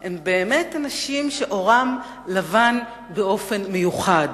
בכלל הן באמת מודלים של מי שעורם לבן באופן מיוחד